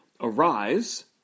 arise